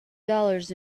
dollars